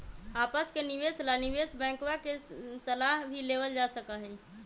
आपस के निवेश ला निवेश बैंकवा से सलाह भी लेवल जा सका हई